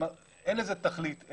אין לזה תכלית.